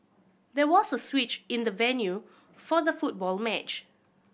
there was a switch in the venue for the football match